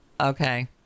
Okay